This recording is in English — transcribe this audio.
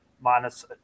minus